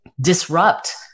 disrupt